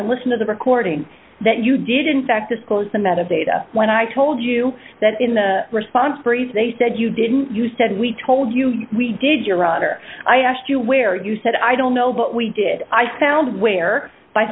and listen to the recording that you did in fact disclose them out of data when i told you that in the response brief they said you didn't you said we told you we did your honor i asked you where you said i don't know but we did i found where by